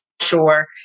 sure